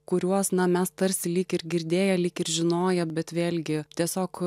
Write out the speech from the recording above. kuriuos na mes tarsi lyg ir girdėję lyg ir žinoję bet vėlgi tiesiog